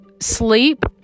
sleep